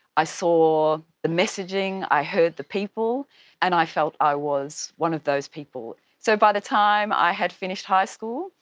i saw the messaging, i heard the people and i felt i was one of those people. so by the time i had finished high school,